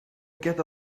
get